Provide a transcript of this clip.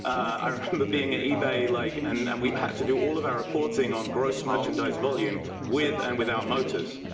i remember being at ebay like and and we had to do all of our reporting on gross merchandise volume with and without motors.